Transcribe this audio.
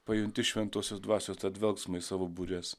pajunti šventosios dvasios dvelksmą į savo bures